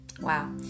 Wow